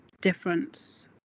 difference